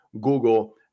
Google